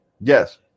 Yes